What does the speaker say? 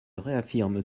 réaffirme